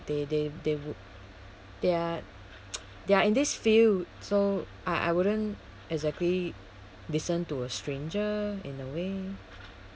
they they they would they are they are in this field so I I wouldn't exactly listen to a stranger in a way